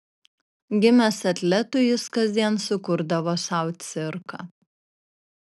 gimęs atletu jis kasdien sukurdavo sau cirką